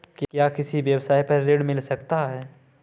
क्या किसी व्यवसाय पर ऋण मिल सकता है?